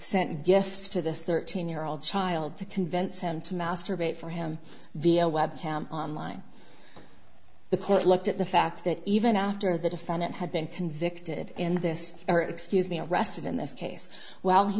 sent gifts to this thirteen year old child to convince him to masturbate for him via webcam online the court looked at the fact that even after the defendant had been convicted in this or excuse me arrested in this case while he